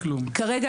כרגע,